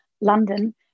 London